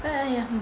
!aiya!